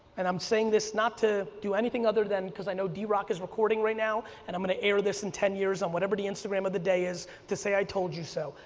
and i'm saying this not to do anything other than because i know d-rock is recording right now, and i'm going to air this in ten years on whatever the instagram of the day is to say i told you so.